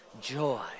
Joy